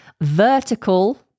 vertical